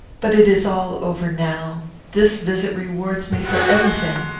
but it is all over now this visit rewards me for every thing.